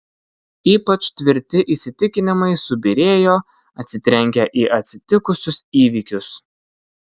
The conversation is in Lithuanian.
ypač tvirti įsitikinimai subyrėjo atsitrenkę į atsitikusius įvykius